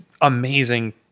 amazing